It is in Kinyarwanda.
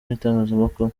n’itangazamakuru